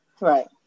Right